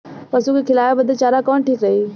पशु के खिलावे बदे चारा कवन ठीक रही?